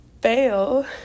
fail